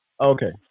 Okay